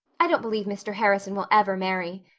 i don't believe mr. harrison will ever marry.